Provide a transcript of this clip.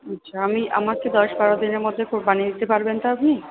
আচ্ছা আমি আমাকে দশ বারো দিনের মধ্যে পুরো বানিয়ে দিতে পারবেন তো আপনি